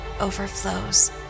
overflows